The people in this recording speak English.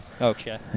Okay